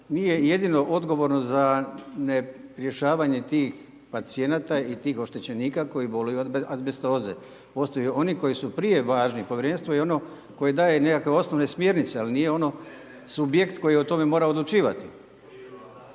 nije jedino odgovorno za ne rješavanje tih pacijenata i tih oštećenika koji boluju od azbestoze. Postoje oni koji su prije važni, Povjerenstvo je ono koje daje nekakve osnovne smjernice, ali nije ono, subjekt koji o tome mora odlučivati.